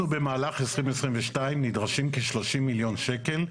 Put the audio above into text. אנחנו במהלך 2022 נדרשים כשלושים מיליון שקל,